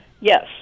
yes